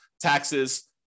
taxes